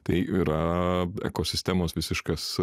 tai yra ekosistemos visiškas